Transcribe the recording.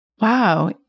wow